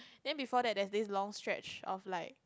then before that there's this long stretch of like